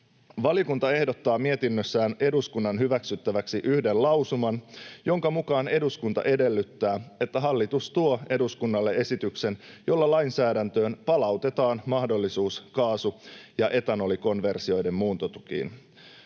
Valiokunta ehdottaa mietinnössään eduskunnan hyväksyttäväksi yhden lausuman, jonka mukaan eduskunta edellyttää, että hallitus tuo eduskunnalle esityksen, jolla lainsäädäntöön palautetaan mahdollisuus kaasu- ja etanolikonversioiden muuntotukiin.